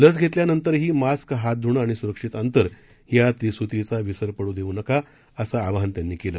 लस घेतल्यानंतरही मास्क हात ध्रणं आणि सुरक्षीत अंतर या त्रिसूत्रीचा विसर पडू देऊ नका असं त्यांनी केलं